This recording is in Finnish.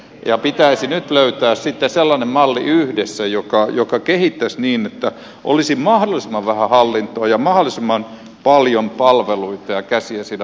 ja pitäisi nyt löytää sitten sellainen malli yhdessä joka kehittäisi niin että olisi mahdollisimman vähän hallintoa ja mahdollisimman paljon palveluita ja käsiä siinä palvelupuolella